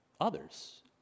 others